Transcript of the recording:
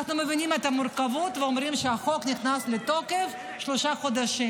אנחנו מבינים את המורכבות ואומרים שהחוק נכנס לתוקף עוד שלושה חודשים.